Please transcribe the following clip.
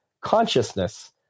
consciousness